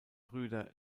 brüder